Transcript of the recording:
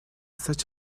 such